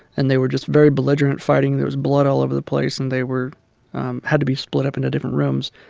and they were just very belligerent, fighting. there was blood all over the place. and they were had to be split up into different rooms.